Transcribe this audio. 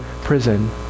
prison